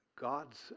God's